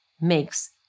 makes